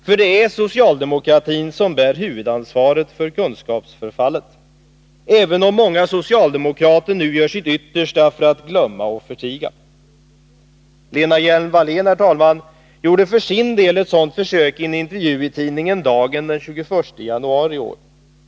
För det är socialdemokratin som bär huvudansvaret för kunskapsförfallet, även om många socialdemokrater nu gör sitt yttersta för att glömma och förtiga. Lena Hjelm-Wallén gjorde för sin del ett sådant försök i en intervju i tidningen Dagen den 21 januari i år.